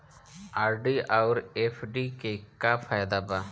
RD आउर FD के का फायदा बा?